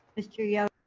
mr. yoder?